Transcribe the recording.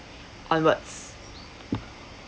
onwards